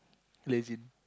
legend